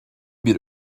bir